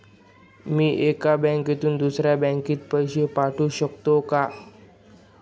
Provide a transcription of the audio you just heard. मी एका बँकेतून दुसऱ्या बँकेत पैसे पाठवू शकतो का?